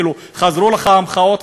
חזרו לך המחאות,